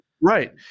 Right